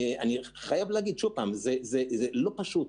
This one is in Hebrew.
זה לא פשוט,